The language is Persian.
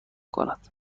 کند